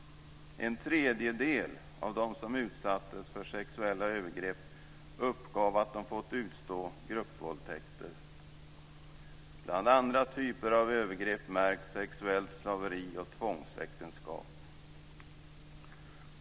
En tredjedel av dem som utsattes för sexuella övergrepp uppgav att de fått utstå gruppvåldtäkter. Bland andra typer av övergrepp märks sexuellt slaveri och tvångsäktenskap.